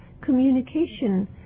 communication